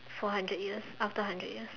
for hundred years after hundred years